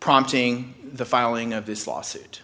prompting the filing of this loss it